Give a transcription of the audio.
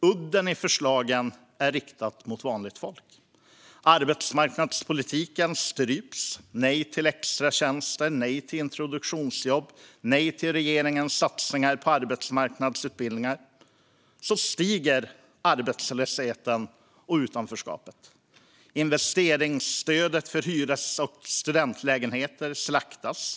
Udden i förslagen är riktad mot vanligt folk. Arbetsmarknadspolitiken stryps. När man säger nej till extratjänster, nej till introduktionsjobb och nej till regeringens satsningar på arbetsmarknadsutbildningar stiger arbetslösheten och utanförskapet. Investeringsstödet för hyres och studentlägenheter slaktas.